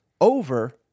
Over